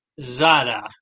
Zada